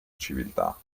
civiltà